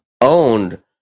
owned